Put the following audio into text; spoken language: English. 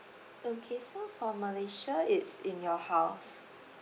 okay so for malaysia it's in your house